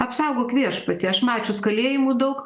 apsaugok viešpatie aš mačius kalėjimų daug